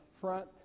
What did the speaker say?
front